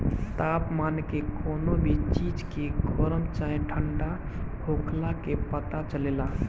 तापमान के कवनो भी चीज के गरम चाहे ठण्डा होखला के पता चलेला